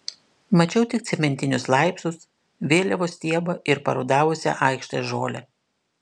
mačiau tik cementinius laiptus vėliavos stiebą ir parudavusią aikštės žolę